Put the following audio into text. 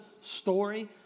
story